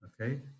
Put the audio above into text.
Okay